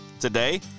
today